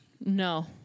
No